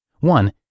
One